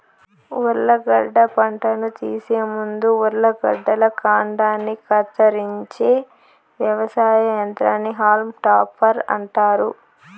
ఉర్లగడ్డ పంటను తీసే ముందు ఉర్లగడ్డల కాండాన్ని కత్తిరించే వ్యవసాయ యంత్రాన్ని హాల్మ్ టాపర్ అంటారు